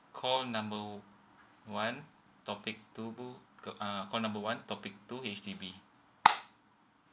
call number one topic two bu~ uh call number one topic two H_D_B